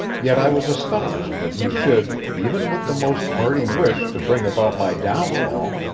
yet i was astonished that he should, even with the most hearty wish to bring about my downfall,